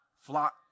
flock